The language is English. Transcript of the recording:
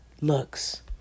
looks